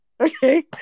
okay